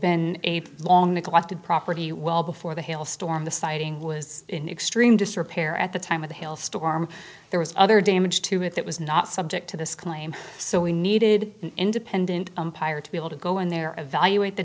been a long neglected property well before the hail storm the sighting was in extreme disrepair at the time of the hail storm there was other damage to it that was not subject to this claim so we needed an independent umpire to be able to go in there evaluate the